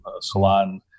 salon